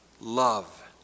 love